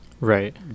Right